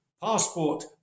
passport